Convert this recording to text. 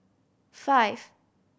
five